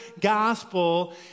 gospel